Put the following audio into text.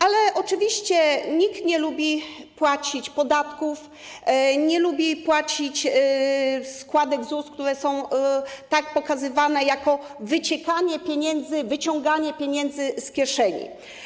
Ale oczywiście nikt nie lubi płacić podatków, nie lubi płacić składek ZUS, które są pokazywane jako wyciekanie pieniędzy, wyciąganie pieniędzy z kieszeni.